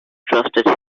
trusted